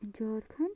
Jharkhand